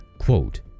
Quote